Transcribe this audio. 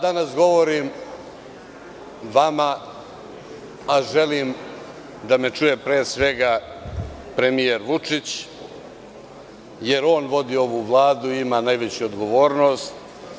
Danas govorim vama, a želim da me čuje, pre svega, premijer Vučić, jer on vodi ovu Vladu i ima najveću odgovornost.